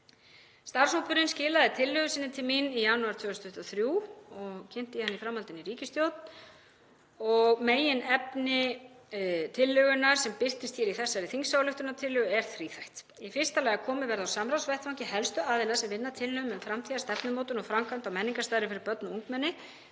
Starfshópurinn skilaði tillögu sinni til mín í janúar 2023 og kynnti ég hana í framhaldinu í ríkisstjórn. Meginefni tillögunnar, sem birtist í þessari þingsályktunartillögu, er þríþætt. Í fyrsta lagi að komið verði á samráðsvettvangi helstu aðila sem vinna að tillögum um framtíðarstefnumótun og framkvæmd á menningarstarfi fyrir börn og ungmenni